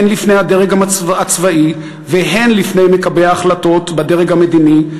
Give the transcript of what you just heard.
הן לפני הדרג הצבאי והן לפני מקבלי ההחלטות בדרג המדיני,